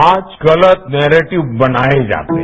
आज गलत नेरेटिक्स बनाए जाते हैं